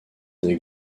des